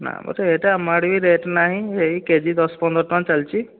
ନା ମ ରେଟ ଆମ ଆଡ଼େ ବି ରେଟ ନାହିଁ ଏହି କେଜି ଦଶ ପନ୍ଦର ଟଙ୍କା ଛାଲିଛି